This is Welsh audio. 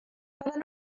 byddan